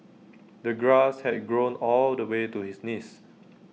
the grass had grown all the way to his knees